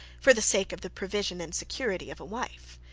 for the sake of the provision and security of a wife.